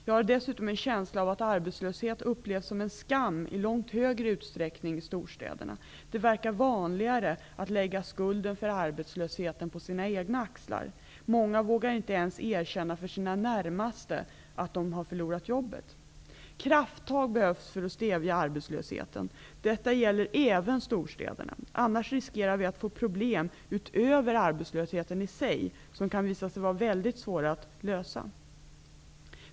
Jag har dessutom en känsla av att arbetslöshet upplevs som en skam i långt större utsträckning i storstäderna. Det verkar vanligare att lägga skulden för arbetslösheten på sina egna axlar. Många vågar inte ens erkänna för sina närmaste att de har förlorat jobbet. Krafttag behövs för att stävja arbetslösheten. Detta gäller även storstäderna. Annars riskerar vi att få problem utöver arbetslösheten i sig som kan visa sig vara väldigt svåra att lösa.